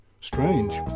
Strange